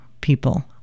people